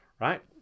Right